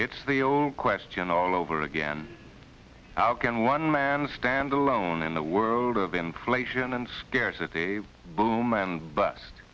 it's the old question all over again how can one man stand the lone in the world of inflation and scarcity boom and bust